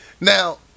Now